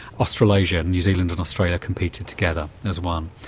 australasia new zealand and australia competed together as one.